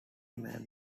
men